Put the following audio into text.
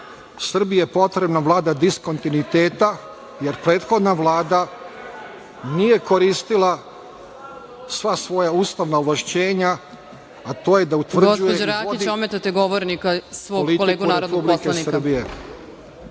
Srbiji je potrebna Vlada diskontinuiteta jer prethodna Vlada nije koristila sva svoja uslovna ovlašćenja a to je da utvrđuje i vodi politiku Republike Srbije.